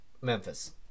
Memphis